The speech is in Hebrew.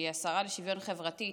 שהיא השרה לשוויון חברתי.